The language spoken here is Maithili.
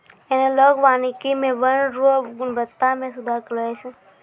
एनालाँक वानिकी मे वन रो गुणवत्ता मे सुधार करलो गेलो छै